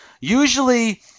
Usually